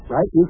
Right